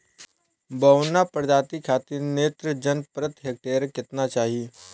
बौना प्रजाति खातिर नेत्रजन प्रति हेक्टेयर केतना चाही?